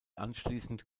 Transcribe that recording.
anschließend